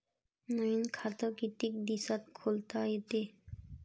नवीन खात कितीक दिसात खोलता येते?